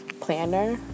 planner